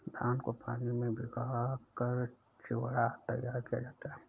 धान को पानी में भिगाकर चिवड़ा तैयार किया जाता है